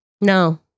No